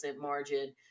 margin